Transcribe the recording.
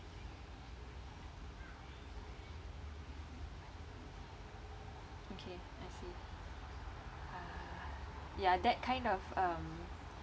ya that kind of um